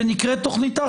אנחנו